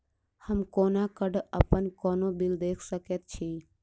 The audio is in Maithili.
हम कोना कऽ अप्पन कोनो बिल देख सकैत छी?